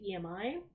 EMI